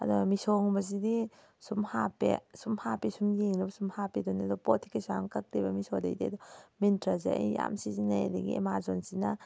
ꯑꯗꯣ ꯃꯤꯁꯣꯒꯨꯝꯕꯁꯤꯗꯤ ꯁꯨꯝ ꯍꯥꯞꯄꯦ ꯁꯨꯝ ꯍꯥꯞꯄꯦ ꯁꯨꯝ ꯌꯦꯡꯅꯕ ꯁꯨꯝ ꯍꯥꯞꯄꯦꯗꯨꯅꯤ ꯑꯗꯣ ꯄꯣꯠꯇꯤ ꯀꯩꯁꯨ ꯌꯥꯝ ꯀꯛꯇꯦꯕ ꯃꯤꯁꯣꯗꯩꯗꯤ ꯑꯗꯣ ꯃꯤꯟꯇ꯭ꯔꯥꯁꯦ ꯑꯩ ꯌꯥꯝ ꯁꯤꯖꯤꯟꯅꯩ ꯑꯗꯒꯤ ꯑꯦꯃꯥꯖꯣꯟꯁꯤꯅ